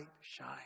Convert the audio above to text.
shine